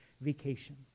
vacation